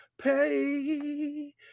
pay